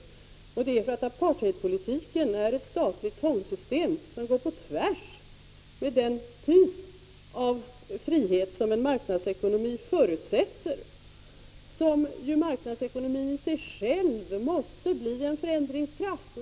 Det är just därför att apartheidpolitiken är ett statligt tvångssystem som går på tvärs mot den typ av frihet som en marknadsekonomi förutsätter som marknadsekonomin i sig själv måste bli en förändringskraft.